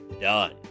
done